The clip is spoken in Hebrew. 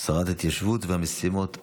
שרת ההתיישבות והמשימות הלאומיות,